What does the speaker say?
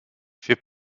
fait